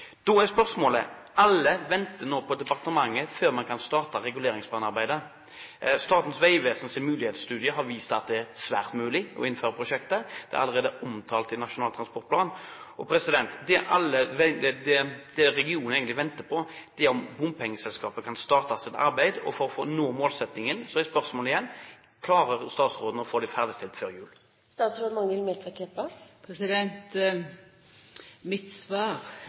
Alle venter nå på departementet før man kan starte reguleringsplanarbeidet. Statens vegvesens mulighetsstudie har vist at det er svært mulig å gjennomføre prosjektet. Det er allerede omtalt i Nasjonal transportplan. Det regionen egentlig venter på, er at bompengeselskapet kan starte sitt arbeid for å nå målsettingen. Da er spørsmålet igjen: Klarer statsråden å få det ferdigbehandlet før jul?